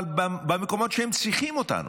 אבל במקומות שהם צריכים אותנו,